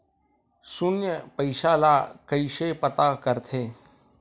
शून्य पईसा ला कइसे पता करथे?